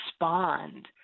respond